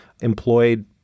employed